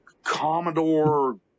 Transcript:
Commodore